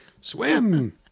Swim